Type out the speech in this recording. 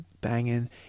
banging